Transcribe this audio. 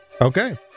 Okay